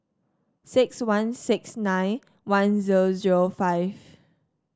six one six nine one zero zero five